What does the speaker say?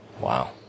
wow